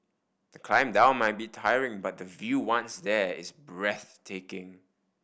the climb down may be tiring but the view once there is breathtaking